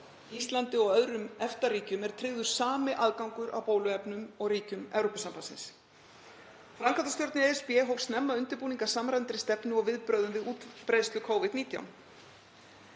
Íslandi og öðrum EFTA-ríkjum er tryggður sami aðgangur að bóluefnum og ríkjum Evrópusambandsins. Framkvæmdastjórn ESB hóf snemma undirbúning að samræmdri stefnu og viðbrögðum við útbreiðslu Covid-19.